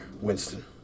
Winston